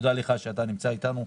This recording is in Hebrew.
תודה לך שאתה אתנו.